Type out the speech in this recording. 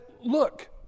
look